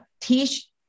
teach